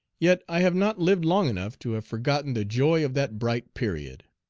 yet i have not lived long enough to have forgotten the joy of that bright period.